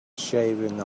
shaving